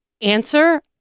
answer